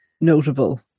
notable